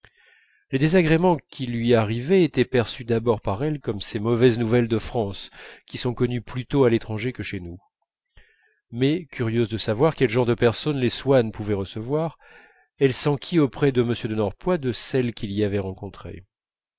les désagréments qui lui arrivaient étaient perçus d'abord par elle comme ces mauvaises nouvelles de france qui sont connues plus tôt à l'étranger que chez nous mais curieuse de savoir quel genre de personnes les swann pouvaient recevoir elle s'enquit auprès de m de norpois de celles qu'il y avait rencontrées